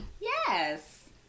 Yes